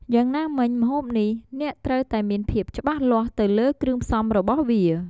យ៉ាងណាមិញម្ហូបនេះ អ្នកត្រួវតែមានភាពច្បាស់លាស់ទៅលើគ្រឿងផ្សំរបស់វា។